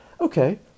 okay